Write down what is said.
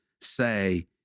Say